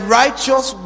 righteous